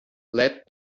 led